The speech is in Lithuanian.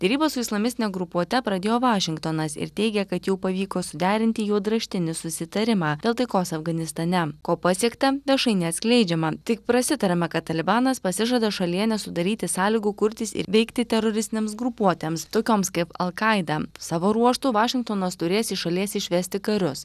derybos su islamistine grupuote pradėjo vašingtonas ir teigia kad jau pavyko suderinti juodraštinį susitarimą dėl taikos afganistane ko pasiekta viešai neatskleidžiama tik prasitariama kad talibanas pasižada šalyje nesudaryti sąlygų kurtis ir veikti teroristinėms grupuotėms tokioms kaip alkaida savo ruožtu vašingtonas turės iš šalies išvesti karius